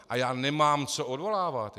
A já nemám co odvolávat.